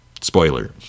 Spoiler